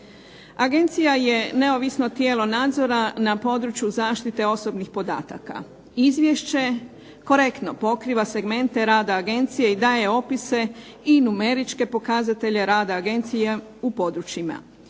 Agencija je neovisno tijelo nadzora na području zaštite osobnih podataka. Izvješće korektno pokriva segmente rada agencije i daje opise i numeričke pokazatelje rada agencije u područjima